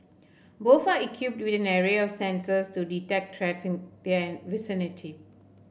both are equipped with an array of sensors to detect threats in their vicinity